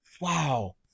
wow